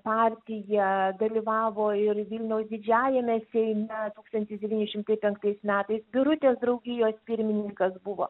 partiją dalyvavo ir vilniaus didžiajame seime tūkstantis devyni šimtai penktais metais birutės draugijos pirmininkas buvo